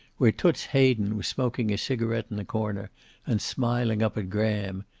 where toots hayden was smoking a cigaret in a corner and smiling up at graham,